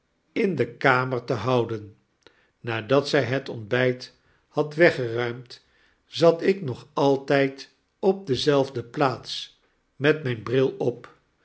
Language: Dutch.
in de kamer te houden nadat zy het ontby t had weggeruimd zat ik nog altyd op dezeifde plaats met myn bril op